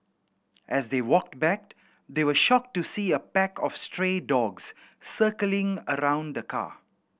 as they walked back they were shocked to see a pack of stray dogs circling around the car